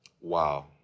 Wow